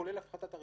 כולל הפחתת הריבית,